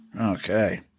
Okay